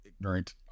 Ignorant